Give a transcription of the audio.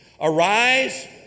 arise